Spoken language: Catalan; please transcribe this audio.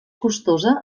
costosa